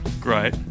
Great